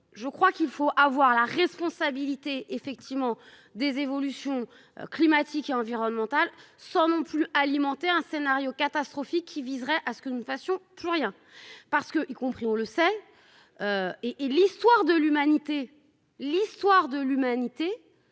je crois qu'il faut avoir la responsabilité effectivement des évolutions. Climatiques et environnementales sans non plus alimenter un scénario catastrophique qui viserait à ce que nous fassions plus rien parce que y compris, on le sait. Et et l'histoire de l'humanité. L'histoire de l'humanité.